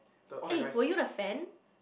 eh were you the fan